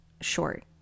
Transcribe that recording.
short